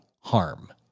harm